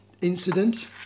incident